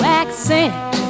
accent